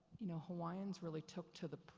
you know, hawaiians really took to the,